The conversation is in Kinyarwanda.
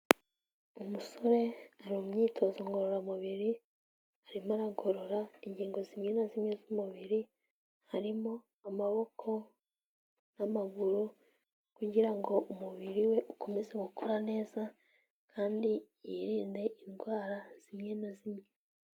Umusore ari mu imyitozo ngororamubiri, harimo aragorora ingingo zimwe na zimwe z'umubiri, harimo amaboko n'amaguru, kugira ngo umubiri we ukomeze gukora neza kandi yirinde indwara zimwe na zimwe.